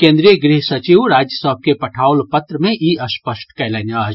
केंद्रीय गृह सचिव राज्य सभ के पठाओल पत्र मे ई स्पष्ट कयलनि अछि